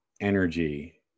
energy